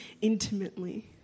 intimately